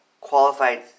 qualified